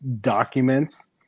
documents